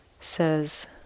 says